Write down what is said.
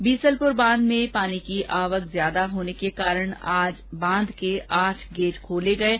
वहीं बीसलपुर बांध में पानी की आवक ज्यादा होने कारण आज बांध के आठ गेट खोले गये हैं